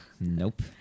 Nope